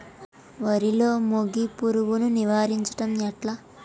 వరిలో మోగి పురుగును నివారించడం ఎట్లా?